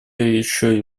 еще